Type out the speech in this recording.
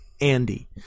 Andy